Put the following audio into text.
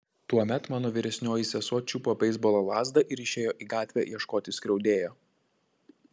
tuomet mano vyresnioji sesuo čiupo beisbolo lazdą ir išėjo į gatvę ieškoti skriaudėjo